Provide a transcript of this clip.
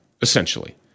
essentially